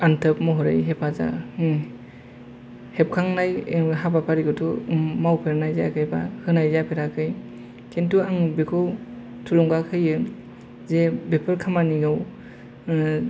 आन्थोब महरै हेफाजाब हेबखांनाय हाबाफारिखौथ' मावफेरनाय जायाखै बा होनाय जाफेराखै किन्तु आं बेखौ थुलुंगा होयो जे बेफोर खामानियाव